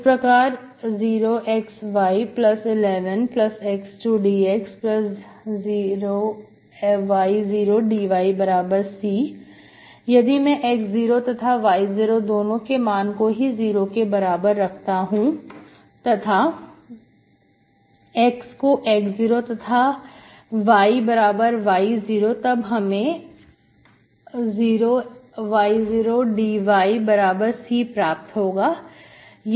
इस प्रकार 0xy11x2dx0y0 dyC यदि मैं x0 तथा y0 दोनों के मान को ही 0 के बराबर रखता हूं तथा x को x0 तथा y बराबर y0 तब हमें 0y0 dyC प्राप्त होगा